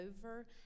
over